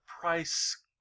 price